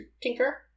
tinker